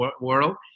world